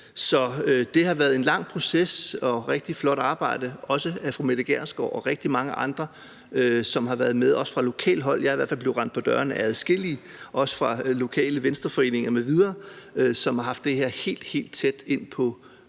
Det har været en lang proces, og det er rigtig flot arbejde, også af fru Mette Gjerskov og rigtig mange andre, som har været med, også folk fra lokalt hold. Jeg er i hvert fald blevet rendt på dørene af adskillige, også af folk fra lokale Venstreforeninger m.v., som har haft det her helt, helt tæt inde på livet.